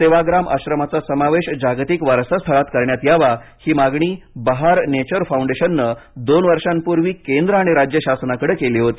सेवाग्राम आश्रमाचा समावेश जागतिक वारसा स्थळात करण्यात यावा ही मागणी बहार नेचर फाउंडेशननं दोन वर्षापूर्वी केंद्र आणि राज्य शासनाकडं केली होती